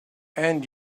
and